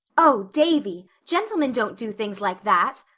oh, davy, gentlemen don't do things like that.